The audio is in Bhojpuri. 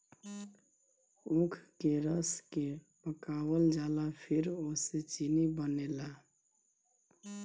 ऊख के रस के पकावल जाला फिर ओसे चीनी बनेला